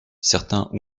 certains